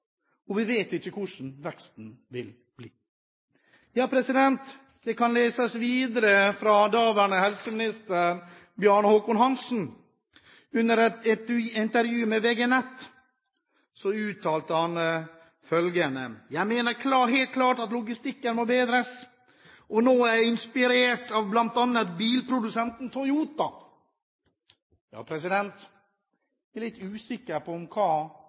og vi vet ikke hvordan veksten vil bli. Daværende helseminister Bjarne Håkon Hanssen uttalte følgende under et intervju med VG Nett: «Jeg mener helt klart at logistikken må bedres, og nå er jeg inspirert av blant annet bilprodusenten Toyota.» Jeg er litt usikker på hva